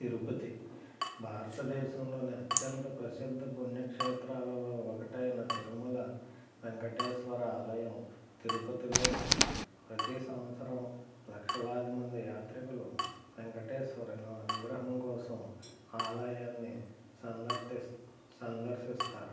తిరుపతి భారతదేశంలోని అత్యంత ప్రసిద్ధ పుణ్యక్షేత్రాలలో ఒకటైన తిరుమల వెంకటేశ్వర ఆలయం తిరుపతిలో ఉంది ప్రతీ సంవత్సరం లక్షలాది మంది యాత్రికులు వెంకటేశ్వరును అనుగ్రహం కోసం ఆలయాన్ని సందర్శిస్తూ సందర్శిస్తారు